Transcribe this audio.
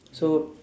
so